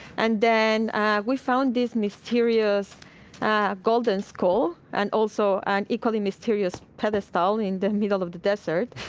and then we found this mysterious golden skull and also an equally mysterious pedestal in the middle of the desert.